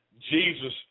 Jesus